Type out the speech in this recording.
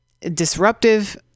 disruptive